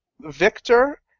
Victor